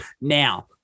Now